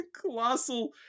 Colossal